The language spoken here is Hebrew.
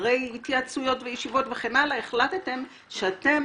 שאחרי התייעצויות וישיבות וכן הלאה החלטתם שאתם